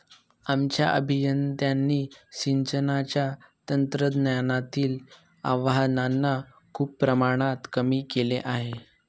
आमच्या अभियंत्यांनी सिंचनाच्या तंत्रज्ञानातील आव्हानांना खूप प्रमाणात कमी केले आहे